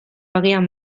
agian